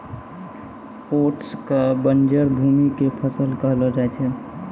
oats कॅ बंजर भूमि के फसल कहलो जाय छै